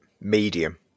medium